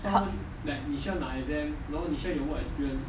but